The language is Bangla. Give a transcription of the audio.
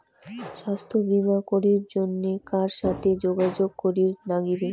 স্বাস্থ্য বিমা করির জন্যে কার সাথে যোগাযোগ করির নাগিবে?